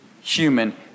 human